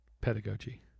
pedagogy